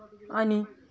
आणि